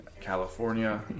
California